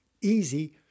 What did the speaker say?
Easy